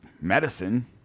medicine